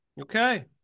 Okay